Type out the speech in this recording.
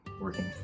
working